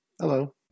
Hello